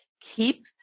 keep